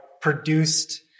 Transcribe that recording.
produced